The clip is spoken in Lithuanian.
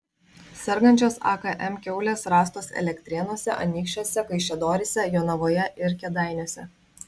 sergančios akm kiaulės rastos elektrėnuose anykščiuose kaišiadoryse jonavoje ir kėdainiuose